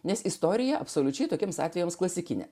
nes istorija absoliučiai tokiems atvejams klasikinę